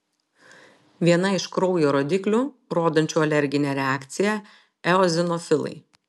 viena iš kraujo rodiklių rodančių alerginę reakciją eozinofilai